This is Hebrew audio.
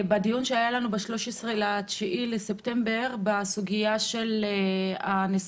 בדיון שהיה לנו ב-13 בספטמבר בסוגיה של הניסיון